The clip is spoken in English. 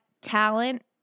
talent